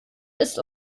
ist